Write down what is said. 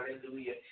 hallelujah